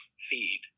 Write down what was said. feed